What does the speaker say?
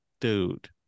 dude